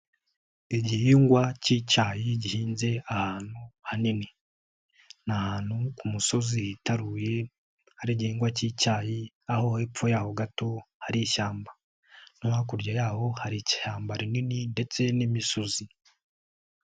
Igihingwa k'icyayi gihinze ahantu hanini ni ahantu ku musozi yitaruye hagengwa k'icyayi aho hepfo yaho gato hari ishyamba no hakurya yaho hari icyashyamba rinini ndetse n'imisozi.